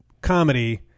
comedy